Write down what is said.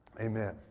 Amen